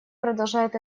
продолжает